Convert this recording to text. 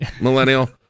millennial